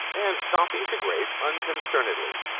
and stopping to graze unconcernedly,